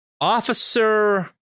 Officer